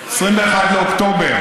2021, באוקטובר.